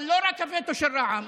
אבל לא רק הווטו של רע"מ,